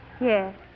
Yes